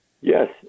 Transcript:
Yes